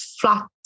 flat